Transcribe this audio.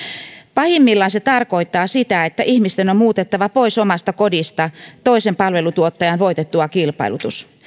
pahimmillaan se tarkoittaa sitä että ihmisten on muutettava pois omasta kodistaan toisen palveluntuottajan voitettua kilpailutuksen